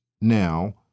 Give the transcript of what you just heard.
now